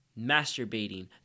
masturbating